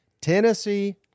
Tennessee